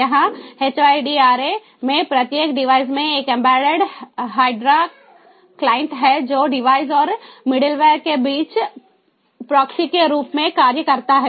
यहां HYDRA में प्रत्येक डिवाइस में एक एम्बेडेड HYDRA क्लाइंट है जो डिवाइस और मिडलवेयर के बीच प्रॉक्सी के रूप में कार्य करता है